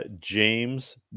James